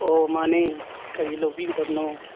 ꯑꯣ ꯃꯥꯟꯅꯦ ꯀꯔꯤ ꯂꯧꯕꯤꯒꯗꯕꯅꯣ